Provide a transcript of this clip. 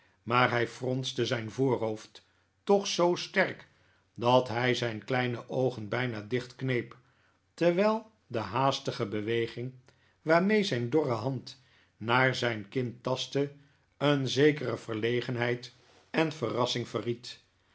maar hij fronste zijn voorhoofd toch zoo sterk dat hij zijn kleine oogen bijna dichtkneep terwijl de haastige beweging waarmee zijn dorre hand naar zijn kin tastte een zekere verlegenheid en verrassing verried